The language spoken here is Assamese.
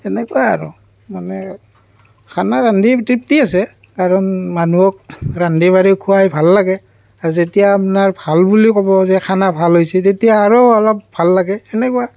এনেকুৱাই আৰু মানে খানা ৰান্ধি তৃপ্তি আছে কাৰণ মানুহক ৰান্ধি বাঢ়ি খুৱাই ভাল লাগে আৰু যেতিয়া আপোনাৰ ভাল বুলি ক'ব খানা ভাল হৈছে তেতিয়া আৰু অলপ ভাল লাগে এনেকুৱা